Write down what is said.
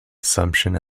assumption